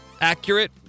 accurate